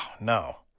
no